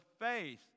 faith